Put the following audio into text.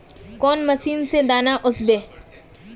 कौन मशीन से दाना ओसबे?